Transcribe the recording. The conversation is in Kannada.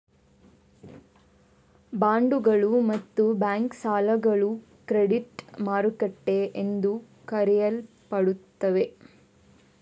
ಬಾಂಡುಗಳು ಮತ್ತು ಬ್ಯಾಂಕ್ ಸಾಲಗಳು ಕ್ರೆಡಿಟ್ ಮಾರುಕಟ್ಟೆ ಎಂದು ಕರೆಯಲ್ಪಡುತ್ತವೆ